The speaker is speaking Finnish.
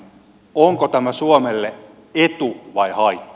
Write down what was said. onko tämä suomelle etu vai haitta